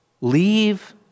Leave